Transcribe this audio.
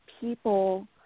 people